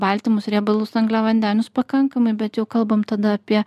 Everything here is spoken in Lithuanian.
baltymus riebalus angliavandenius pakankamai bet jau kalbam tada apie